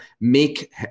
Make